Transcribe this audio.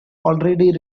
already